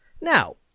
Now